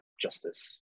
justice